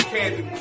Candy